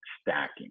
stacking